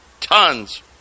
tons